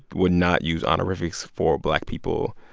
would not use honorifics for black people.